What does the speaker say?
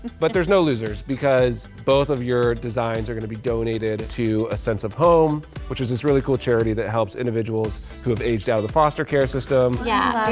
but there's no losers because both of your designs are gonna be donated to a sense of home which is this really cool charity that helps individuals who have aged out of the foster care system yeah.